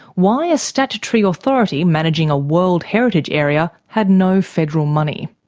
why a statutory authority managing a world heritage area had no federal money.